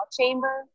chamber